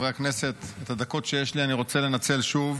את הדקות שיש לי אני רוצה לנצל שוב